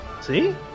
See